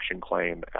claim